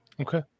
Okay